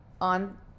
on